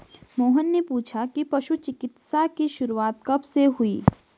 मोहन ने पूछा कि पशु चिकित्सा की शुरूआत कब से हुई?